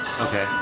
Okay